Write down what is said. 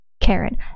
Karen